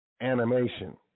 animation